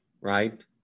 right